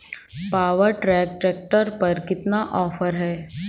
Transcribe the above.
Power track tractor पर कितना offer है?